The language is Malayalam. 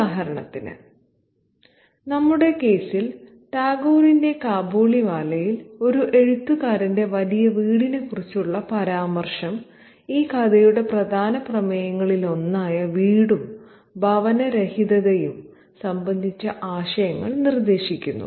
ഉദാഹരണത്തിന് നമ്മുടെ കേസിൽ ടാഗോറിന്റെ കാബൂളിവാല യിൽ ഒരു എഴുത്തുകാരന്റെ വലിയ വീടിനെക്കുറിച്ചുള്ള പരാമർശം ഈ കഥയുടെ പ്രധാന പ്രമേയങ്ങളിലൊന്നായ വീടും ഭവനരഹിതതയും സംബന്ധിച്ച ആശയങ്ങൾ നിർദ്ദേശിക്കുന്നു